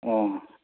ꯑꯣ